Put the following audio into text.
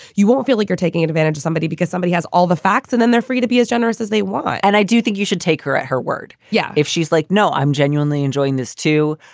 you won't feel like you're taking advantage of somebody because somebody has all the facts and then they're free to be as generous as they want and i do think you should take her at her word. yeah. if she's like, no, i'm genuinely enjoying this, too.